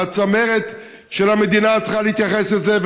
והצמרת של המדינה צריכה להתייחס לזה,